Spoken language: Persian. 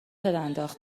انداخت